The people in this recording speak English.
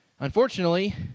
Unfortunately